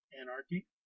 Anarchy